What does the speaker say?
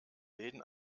läden